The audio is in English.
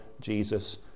Jesus